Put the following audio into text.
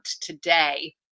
today